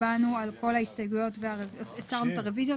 הצבענו על כל ההסתייגויות והסרנו את הרוויזיות.